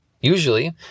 Usually